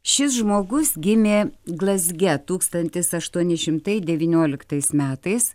šis žmogus gimė glazge tūkstantis aštuoni šimtai devynioliktais metais